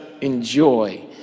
enjoy